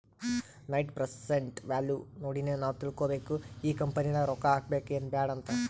net present value ನೋಡಿನೆ ನಾವ್ ತಿಳ್ಕೋಬೇಕು ಈ ಕಂಪನಿ ನಾಗ್ ರೊಕ್ಕಾ ಹಾಕಬೇಕ ಎನ್ ಬ್ಯಾಡ್ ಅಂತ್